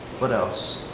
what else?